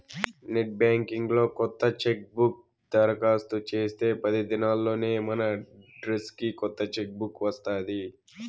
net banking లో కొత్త cheque book దరకాస్తు చేస్తే పది దినాల్లోనే మనడ్రస్కి కొత్త చెక్ బుక్ వస్తాది